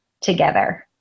together